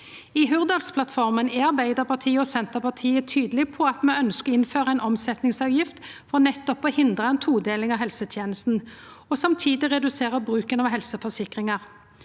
I Hurdalsplattforma er Arbeidarpartiet og Senterpartiet tydelege på at me ønskjer å innføra ei omsetningsavgift for nettopp å hindra ei todeling av helsetenesta, og samtidig redusera bruken av helseforsikringar.